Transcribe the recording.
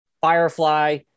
firefly